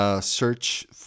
Search